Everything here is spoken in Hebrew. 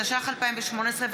התשע"ח 2018,